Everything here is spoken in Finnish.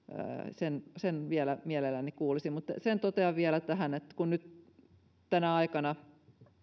sen sen vielä mielelläni kuulisin mutta sen totean vielä tähän että kun nyt tänä aikana